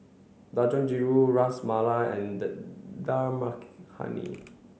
Dangojiru Ras Malai and Dal Makhani